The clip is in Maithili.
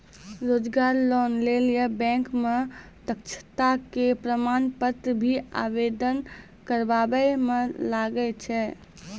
रोजगार लोन लेली बैंक मे दक्षता के प्रमाण पत्र भी आवेदन करबाबै मे लागै छै?